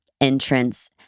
entrance